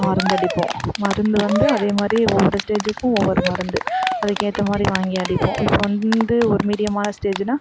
மருந்து அடிப்போம் மருந்து வந்து அதே மாதிரி ஒவ்வொரு ஸ்டேஜுக்கும் ஒவ்வொரு மருந்து அதுக்கேற்ற மாதிரி வாங்கி அடிப்போம் இப்போது வந்து ஒரு மீடியமான ஸ்டேஜுனால்